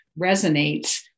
resonates